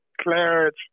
Clarence